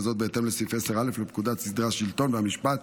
וזאת בהתאם לסעיף 10א לפקודת סדרי השלטון והמשפט,